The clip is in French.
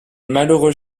malheureux